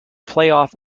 playoff